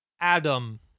Adam